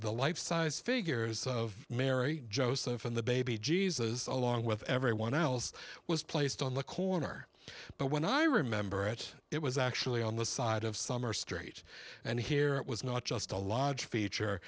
the life size figures of mary joseph and the baby jesus along with everyone else was placed on the corner but when i remember it it was actually on the side of summer street and here it was not just a large feature